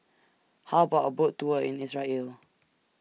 How about A Boat Tour in Israel